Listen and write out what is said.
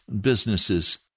businesses